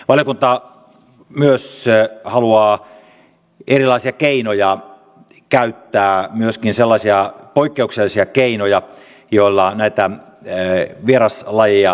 valiokunta myös haluaa erilaisia keinoja käyttää myöskin sellaisia poikkeuksellisia keinoja joilla näitä vieraslajeja torjutaan